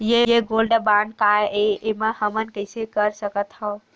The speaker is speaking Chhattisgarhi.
ये गोल्ड बांड काय ए एमा हमन कइसे कर सकत हव?